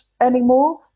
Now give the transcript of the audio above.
anymore